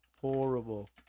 Horrible